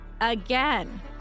again